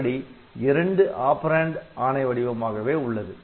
இப்படி இரண்டு ஆப்பரேன்ட் ஆணை வடிவமாகவே உள்ளது